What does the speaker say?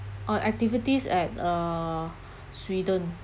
on activities at uh sweden